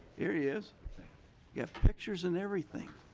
there he is. yeah pictures and everything.